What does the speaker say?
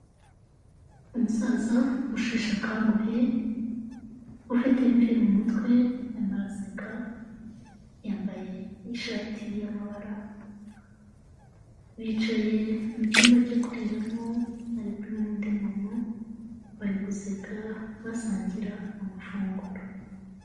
Umusaza ushesha akanguhe ufite imvi mu mutwe arimo araseka, yambaye n'ishati y'amabara, bicaye mu cyumba cyo kuriramo, ari kumwe n'undi muntu bari guseka basangira amafunguro.